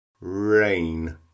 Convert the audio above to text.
rain